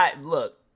look